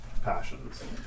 Passions